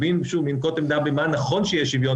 מבלי לנקוט עמדה מה נכון שיהיה שוויון.